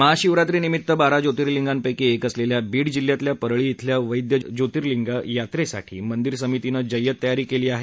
महाशिवरात्री निमीत्त बारा ज्योतिर्लिंगापैकी एक असलेल्या बीड जिल्ह्यातल्या परळी झेल्या वैद्यनाथ ज्योतिर्लिंग यात्रेसाठी मंदीर समितीनं जय्यत तयारी केली आहे